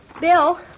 Bill